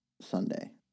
Sunday